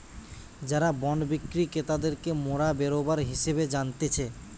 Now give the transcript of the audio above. যারা বন্ড বিক্রি ক্রেতাদেরকে মোরা বেরোবার হিসেবে জানতিছে